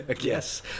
Yes